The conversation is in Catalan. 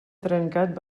trencat